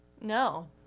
No